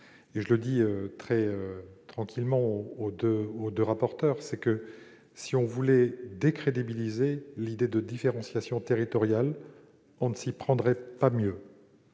Je le dis très tranquillement à nos deux rapporteurs : si on voulait décrédibiliser l'idée de différenciation territoriale, on ne s'y prendrait pas